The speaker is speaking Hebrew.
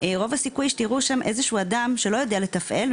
רוב הסיכוי שתראו שם אדם שלא יודע לתפעל,